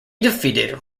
defeated